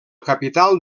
capital